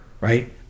right